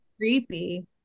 creepy